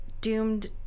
doomed